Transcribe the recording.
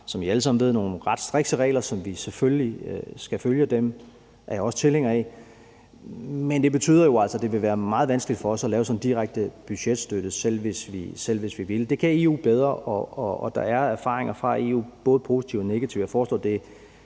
som I alle sammen ved, nogle ret strikse regler, og at vi selvfølgelig skal følge dem, er jeg også tilhænger af, men det betyder jo altså, at det vil være meget vanskeligt for os at lave sådan en direkte budgetstøtte, selv hvis vi ville. Men det kan EU bedre gøre, og der er erfaringer fra EU, både positive og negative, og jeg foreslår også, at det er